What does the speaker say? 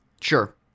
Sure